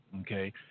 Okay